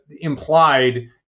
implied